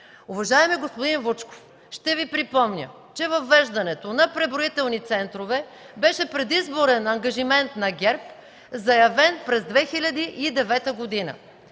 Уважаеми господин Вучков, ще Ви припомня, че въвеждането на преброителни центрове беше предизборен ангажимент на ГЕРБ, заявен през 2009 г.